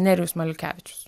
nerijus maliukevičius